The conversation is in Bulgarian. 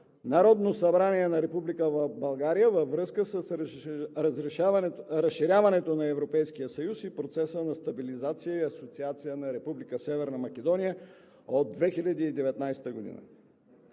народно събрание на Република България във връзка с разширяването на Европейския съюз и процеса на стабилизация и асоциация на Република Северна Македония от 2019 г.? Как